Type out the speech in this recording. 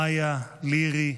מיה, לירי,